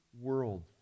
world